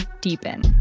deepen